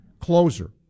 Closer